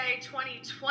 2020